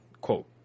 Quote